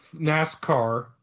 NASCAR